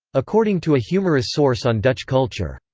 according to a humorous source on dutch culture,